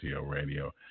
Radio